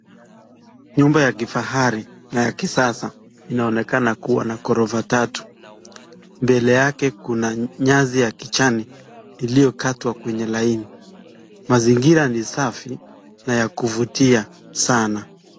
Nyumba ya kifahari na ya kisasa ,inaonekana kuwa wana ghorofa tatu, mbele yake kuna nyasi ya kijani, iliyokatwa kwenye laini, mazingira ni safi na ya kuvutia sana.